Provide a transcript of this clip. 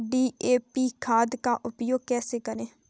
DAP खाद का उपयोग कैसे करें?